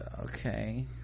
okay